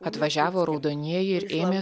atvažiavo raudonieji ir ėmė